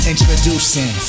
Introducing